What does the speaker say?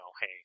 hey